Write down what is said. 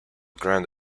grand